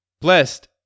Blessed